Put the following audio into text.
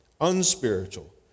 unspiritual